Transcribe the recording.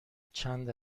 چند